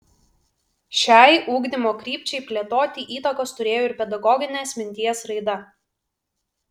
šiai ugdymo krypčiai plėtoti įtakos turėjo ir pedagoginės minties raida